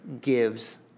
gives